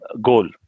goal